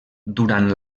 durant